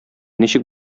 ничек